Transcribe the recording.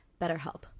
BetterHelp